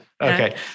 Okay